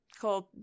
called